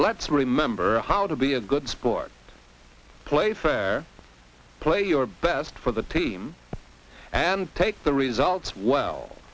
let's remember how to be a good sport play fair play your best for the team and take the results well